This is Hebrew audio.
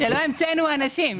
לא המצאנו אנשים.